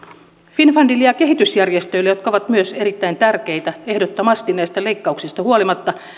finnfundilla ja kehitysjärjestöillä jotka ovat myös ehdottomasti erittäin tärkeitä näistä leikkauksista huolimatta